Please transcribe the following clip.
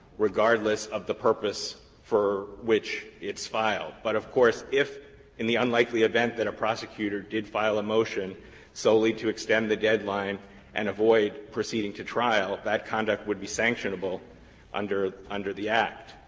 regardless of the purpose for which it's filed. but, of course, if in the unlikely event that a prosecutor did file a motion solely to extend the deadline and avoid proceeding to trial, that conduct would be sanctionable under under the act,